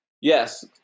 Yes